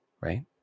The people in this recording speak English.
Right